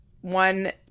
one